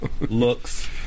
looks